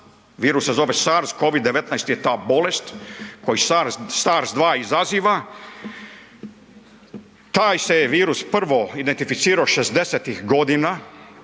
virus se zove SARS, COVID-19 je ta bolest koju SARS 2 izaziva. Taj se je virus identificirao 60-ih godina,